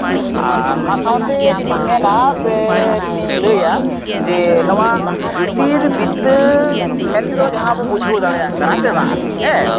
ᱟᱨ ᱚᱱᱟ ᱥᱟᱶᱛᱮ ᱡᱩᱫᱤᱧ ᱢᱮᱱᱟ ᱥᱮ ᱤᱧ ᱞᱟᱹᱭᱟ ᱡᱮ ᱱᱚᱣᱟ ᱡᱳᱛᱤᱨᱵᱤᱫᱽᱫᱟᱹ ᱢᱮᱱᱛᱮᱫᱚ ᱡᱟᱦᱟᱸ ᱵᱚ ᱵᱩᱡᱷᱟᱹᱣ ᱫᱟᱲᱭᱟᱜ ᱠᱟᱱᱟ ᱥᱮ ᱵᱟᱝ ᱦᱮᱸ